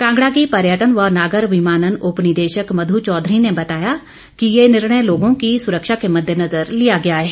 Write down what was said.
कांगड़ा की पर्यटन व नागर विमानन उपनिदेशक मधु चौधरी ने बताया कि ये निर्णय लोगों की सुरक्षा के मद्देनजर लिया गया है